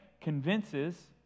convinces